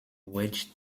wedge